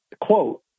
quote